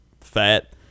fat